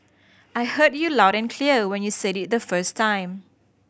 I heard you loud and clear when you said it the first time